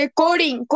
coding